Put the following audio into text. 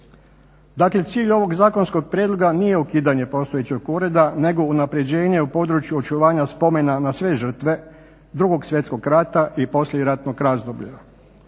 Dakle cilj ovog zakonskog prijedloga nije ukidanje postojećeg ureda nego unapređenje u području očuvanja spomena na sve žrtve 2.svjetskog rata i poslijeratnog razdoblja.